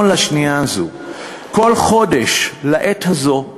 כל חודש, לעת הזאת,